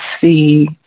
see